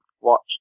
watch